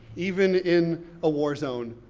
even in a war zone,